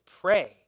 pray